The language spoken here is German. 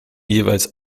jeweils